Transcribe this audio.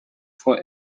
for